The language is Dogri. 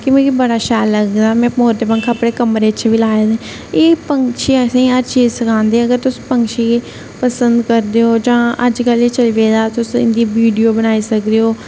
कि मिगी बड़ा शैल लगदा में मोर दे पंक्ख अपने कमरे च बी लाए दे एह् पक्षी ऐसे आसेंगी सिखांदे कि अगर तुस पक्षी गी पसंद करदे ओ जां अजकल एह् चली पेदा तुस इंदी बिडियो बनाई सकदे ओ